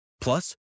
Plus